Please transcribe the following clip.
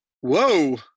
Whoa